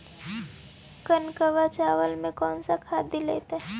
कनकवा चावल में कौन से खाद दिलाइतै?